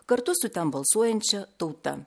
kartu su ten balsuojančia tauta